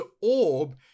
orb